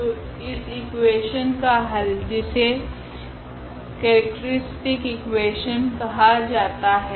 तो इस इकुवेशन का हल जिसे केरेक्ट्रीस्टिक इकुवेशन कहा जाता है